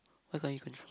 why can't you control